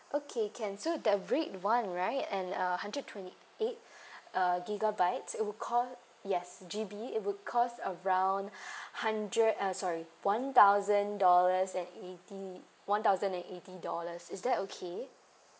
okay can so the red [one] right and uh hundred twenty eight uh gigabytes it'll cost yes G_B it would cost around hundred uh sorry one thousand dollars and eighty one thousand and eighty dollars is that okay